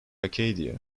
acadia